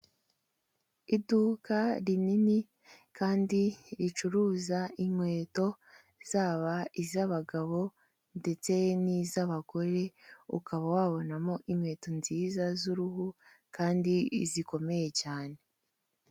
Iduka rinini kandi ricuruza inkweto zaba iz'abagabo ndetse n'iz'abagore, ukaba wabonamo inkweto nziza z'uruhu kandi zikomeye cyane.